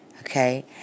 okay